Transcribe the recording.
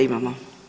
Imamo.